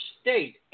state